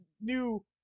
new